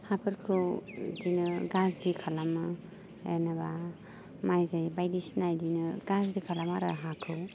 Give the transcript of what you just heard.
हाफोरखौ बिदिनो गाज्रि खालामो जेनेबा माइ जायै बायदिसिना बिदिनो गाज्रि खालामो आरो हाखौ